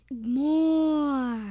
More